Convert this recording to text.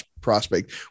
prospect